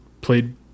played